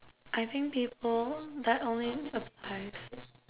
I think people that only applies